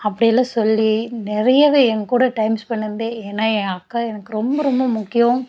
அப்படியெல்லாம் சொல்லி நிறையவே ஏங்கூட டைம் ஸ்பென்ட் பண்ணதே ஏன்னா என் அக்கா எனக்கு ரொம்ப ரொம்ப முக்கியம்